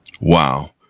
wow